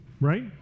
Right